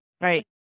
Right